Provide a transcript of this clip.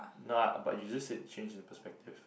no ah but you just said change in perspective